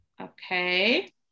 okay